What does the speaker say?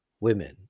women